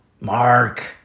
Mark